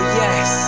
yes